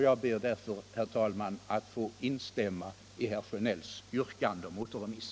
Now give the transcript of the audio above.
Jag ber därför, herr talman, att få instämma i herr Sjönells yrkande om återremiss.